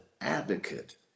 advocate